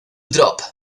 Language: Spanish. drop